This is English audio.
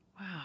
Wow